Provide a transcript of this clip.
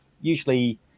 usually